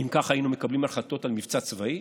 האם כך היינו מקבלים החלטות על מבצע צבאי?